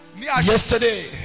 yesterday